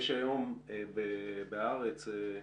היום בעיתון "הארץ",